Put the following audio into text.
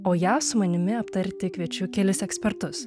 o ją su manimi aptarti kviečiu kelis ekspertus